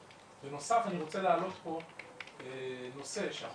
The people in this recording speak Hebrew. בנוסף אני רוצה להעלות פה נושא כשאנחנו